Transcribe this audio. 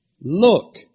look